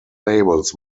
labels